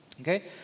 Okay